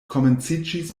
komenciĝis